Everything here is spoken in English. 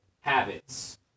habits